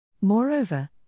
Moreover